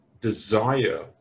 desire